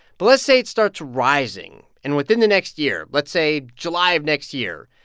but let's say it starts rising. and within the next year, let's say july of next year,